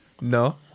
No